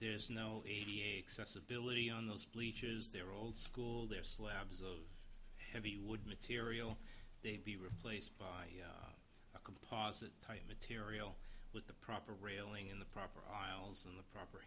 there's no eighty eight cents ability on those bleachers their old school their slabs of heavy wood material they'd be replaced by a composite type material with the proper railing in the proper isles and th